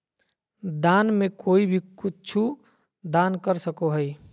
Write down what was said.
दान में कोई भी कुछु दान कर सको हइ